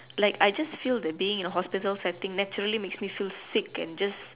like I just feel that being in a hospital setting naturally makes me feel sick and just